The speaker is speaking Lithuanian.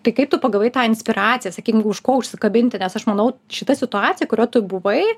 tai kaip tu pagavai tą inspiracija sakykim už ko užsikabinti nes aš manau šita situacija kurioj tu buvai